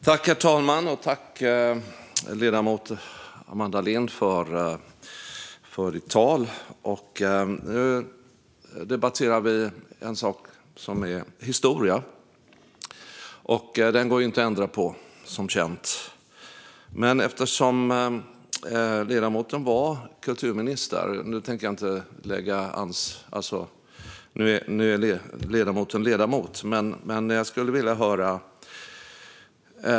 Herr talman! Jag tackar ledamoten Amanda Lind för hennes tal. Nu debatterar vi en sak som är historia, och den går som bekant inte att ändra på. Ledamoten är numera ledamot, och jag tänker inte lägga ansvaret på henne nu. Men eftersom ledamoten tidigare var kulturminister skulle jag vilja höra lite om detta.